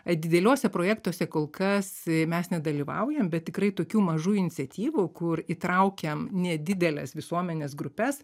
dideliuose projektuose kol kas mes nedalyvaujam bet tikrai tokių mažų iniciatyvų kur įtraukiam nedideles visuomenės grupes